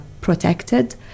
protected